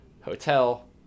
Hotel